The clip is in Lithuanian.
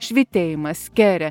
švytėjimas kere